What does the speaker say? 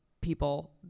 people